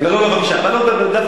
לא יקבל?